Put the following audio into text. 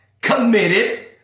committed